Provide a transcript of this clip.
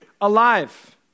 alive